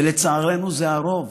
ולצערנו זה הרוב.